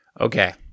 Okay